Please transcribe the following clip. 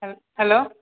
हेल हेलो